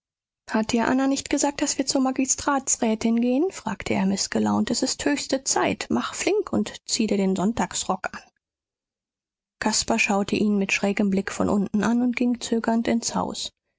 hat dir anna nicht gesagt daß wir zur magistratsrätin gehen fragte er mißgelaunt es ist höchste zeit mach flink und zieh dir den sonntagsrock an caspar schaute ihn mit schrägem blick von unten an und ging zögernd ins haus